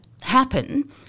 happen